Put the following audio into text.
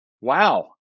Wow